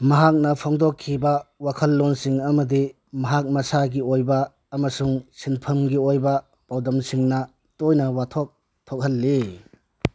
ꯃꯍꯥꯛꯅ ꯐꯣꯡꯗꯣꯛꯈꯤꯕ ꯋꯥꯈꯜꯂꯣꯟꯁꯤꯡ ꯑꯃꯗꯤ ꯃꯍꯥꯛ ꯃꯁꯥꯒꯤ ꯑꯣꯏꯕ ꯑꯃꯁꯨꯡ ꯁꯤꯟꯐꯝꯒꯤ ꯑꯣꯏꯕ ꯄꯥꯎꯗꯝꯁꯤꯡꯅ ꯇꯣꯏꯅ ꯋꯥꯊꯣꯛ ꯊꯣꯛꯍꯜꯂꯤ